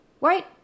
Right